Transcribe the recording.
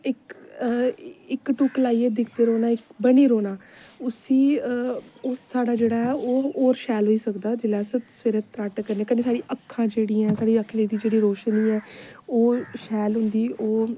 इक इक टुक लाइयै दिक्खदे रौह्ना बनी रौह्ना उसी ओह् साढ़ा जेह्ड़ा ऐ ओह् होर शैल होई सकदा जिसलै अस सवेरे सवेरे तराटक कन्नै साढ़ी अक्खां जेह्ड़ी साढ़ी अक्खें दी जेह्ड़ी रोशनी ऐ ओह् शैल होंदी ओह्